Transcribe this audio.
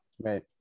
Right